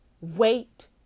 wait